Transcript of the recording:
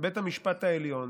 בית המשפט העליון